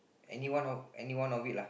any one of any one of it lah